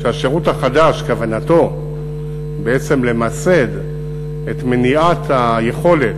שהשירות החדש כוונתו בעצם למסד את מניעת היכולת